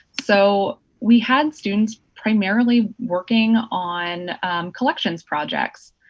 so we had students primarily working on collections projects.